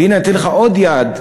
והנה, אני אתן לך עוד יעד,